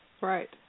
Right